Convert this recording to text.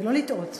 ולא לטעות,